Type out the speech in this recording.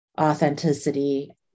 authenticity